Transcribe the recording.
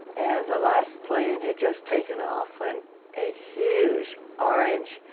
and the last plane had just taken off when a huge orange